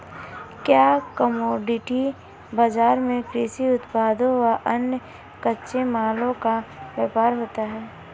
क्या कमोडिटी बाजार में कृषि उत्पादों व अन्य कच्चे मालों का व्यापार होता है?